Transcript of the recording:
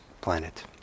planet